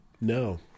No